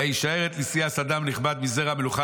ויישאר את לוסיאס אדם נכבד מזרע המלוכה